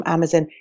Amazon